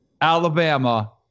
Alabama